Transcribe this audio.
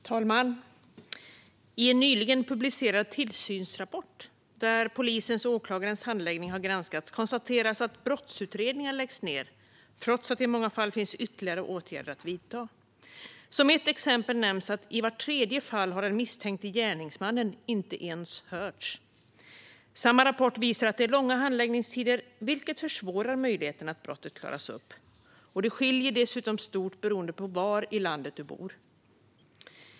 Fru talman! I en nyligen publicerad tillsynsrapport där polisens och åklagarens handläggning har granskats konstateras att brottsutredningar läggs ned, trots att det i många fall finns ytterligare åtgärder att vidta. Som ett exempel nämns att i vart tredje fall har den misstänkte gärningsmannen inte ens hörts. Samma rapport visar att det är långa handläggningstider, vilket försvårar möjligheten att brottet klaras upp. Det skiljer dessutom stort beroende på var i landet du bor.